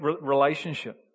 relationship